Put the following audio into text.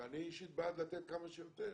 ואני אישית בעד לתת כמה שיותר